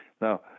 Now